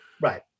Right